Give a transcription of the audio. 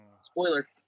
Spoiler